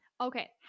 Okay